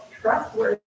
trustworthy